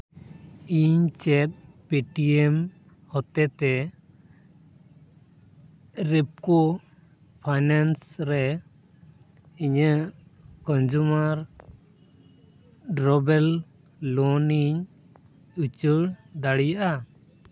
ᱤᱧ ᱪᱮᱫ Paytm ᱦᱚᱛᱮᱛᱮ ᱨᱤᱯᱠᱳ ᱯᱷᱟᱭᱱᱮᱱᱥ ᱨᱮ ᱤᱧᱟᱹᱜ ᱠᱚᱱᱡᱩᱢᱟᱨ ᱰᱨᱚᱵᱮᱞ ᱞᱳᱱᱤᱧ ᱩᱪᱟᱹᱲ ᱫᱟᱲᱮᱭᱟᱜᱼᱟ